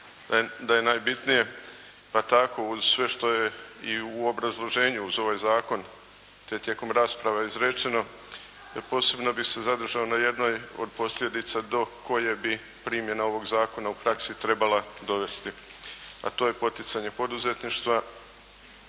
da je najbitnije. Pa tako uz sve što je i u obrazloženju uz ovaj zakon te tijekom rasprave izrečeno posebno bih se zadržao na jednoj od posljedica do koje bi primjena ovog zakona u praksi trebala dovesti, a to je poticanje poduzetništva